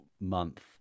month